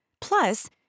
plus